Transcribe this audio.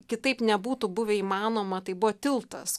kitaip nebūtų buvę įmanoma tai buvo tiltas